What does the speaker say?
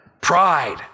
Pride